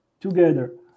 together